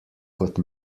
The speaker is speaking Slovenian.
kot